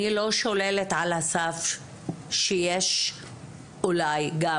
אני לא שוללת על הסף שיש אולי גם,